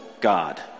God